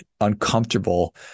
uncomfortable